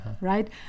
right